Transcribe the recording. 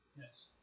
Yes